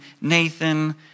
Nathan